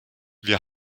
wir